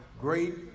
great